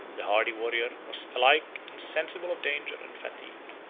the hardy warrior was alike insensible of danger and fatigue.